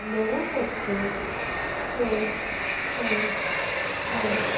नवो पत्तो स सात आठ